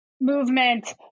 movement